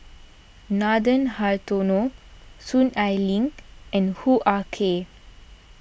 Nathan Hartono Soon Ai Ling and Hoo Ah Kay